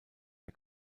der